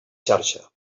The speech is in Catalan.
xarxa